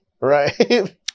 right